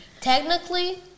technically